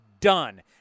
Done